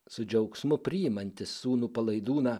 su džiaugsmu priimantis sūnų palaidūną